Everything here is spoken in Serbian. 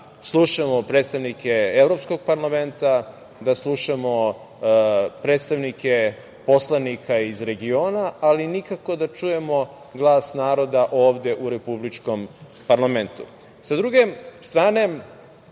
da slušamo predstavnike Evropskog parlamenta, da slušamo predstavnike poslanika iz regiona, ali nikako da čujemo glas naroda ovde u republičkom parlamentu. Sa druge strane,